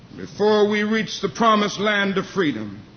before we reach the promised land of freedom.